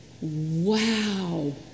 wow